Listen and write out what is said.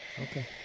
Okay